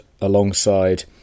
alongside